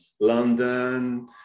London